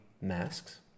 masks